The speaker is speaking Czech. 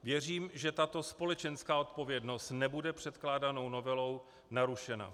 Věřím, že tato společenská odpovědnost nebude předkládanou novelou narušena.